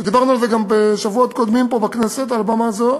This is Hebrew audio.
ודיברנו על זה גם בשבועות קודמים מעל במה זו